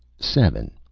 seven.